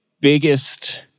biggest